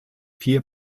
vier